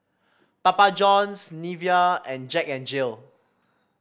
Papa Johns Nivea and Jack N Jill